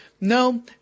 no